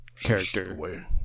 character